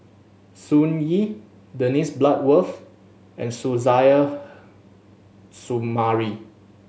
Sun Yee Dennis Bloodworth and Suzairhe Sumari